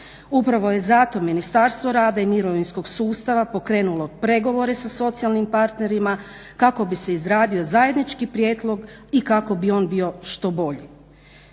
Upravo je zato Ministarstvo rada i mirovinskog sustava pokrenulo pregovore sa socijalnim partnerima kako bi se izradio zajednički prijedlog i kako bi on bio što bolji.